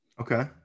Okay